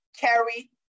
carry